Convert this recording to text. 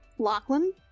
Lachlan